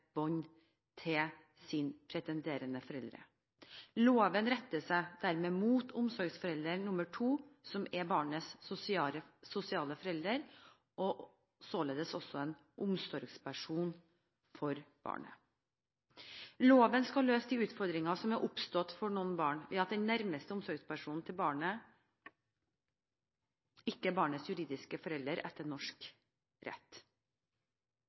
bånd til sine pretenderende foreldre. Loven retter seg dermed mot omsorgsforelder nr. 2, som er barnets sosiale forelder, og således også en omsorgsperson for barnet. Loven skal løse de utfordringer som er oppstått for noen barn ved at den nærmeste omsorgspersonen til barnet ikke er barnets juridiske forelder etter norsk rett.